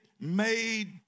made